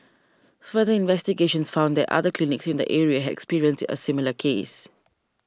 further investigations found that other clinics in the area had experienced a similar case